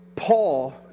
Paul